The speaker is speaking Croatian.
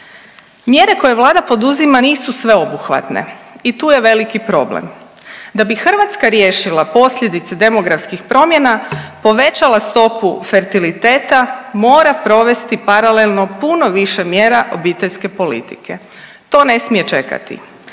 Mjere koje vlada poduzima nisu sveobuhvatne i tu je veliki problem. Da bi Hrvatska riješila posljedice demografskih promjena, povećala stopu fertiliteta mora provesti paralelno puno više mjera obiteljske politike, to ne smije čekati.